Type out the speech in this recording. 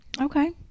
Okay